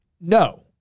no